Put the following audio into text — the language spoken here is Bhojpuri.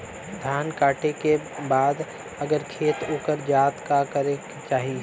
धान कांटेके बाद अगर खेत उकर जात का करे के चाही?